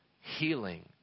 healing